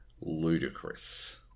ludicrous